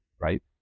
right